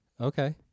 Okay